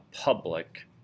public